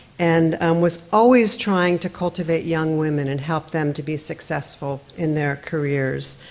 and was always trying to cultivate young women and help them to be successful in their careers.